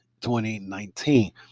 2019